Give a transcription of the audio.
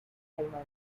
caimán